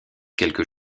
quelques